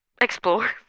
Explore